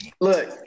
Look